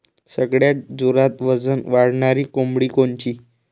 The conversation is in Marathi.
सगळ्यात जोरात वजन वाढणारी कोंबडी कोनची?